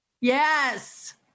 Yes